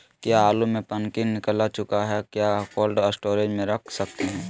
क्या आलु में पनकी निकला चुका हा क्या कोल्ड स्टोरेज में रख सकते हैं?